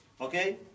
Okay